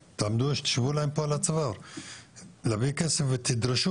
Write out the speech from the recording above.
יש פה חיבור נוסף שלא הופיע בכוללנית וצריך